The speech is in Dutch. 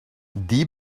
die